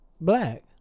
Black